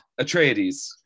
Atreides